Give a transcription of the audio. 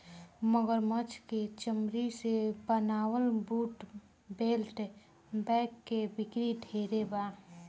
मगरमच्छ के चमरी से बनावल बूट, बेल्ट, बैग के बिक्री ढेरे बा